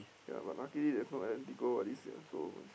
ya but luckily there's no Atletico all this ya so is